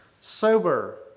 Sober